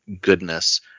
Goodness